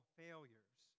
failures